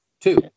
Two